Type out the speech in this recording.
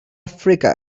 africa